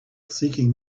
seeking